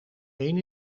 één